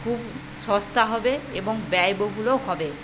খুব সস্তা হবে এবং ব্যয়বহুলও হবে